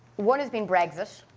one has been brexit.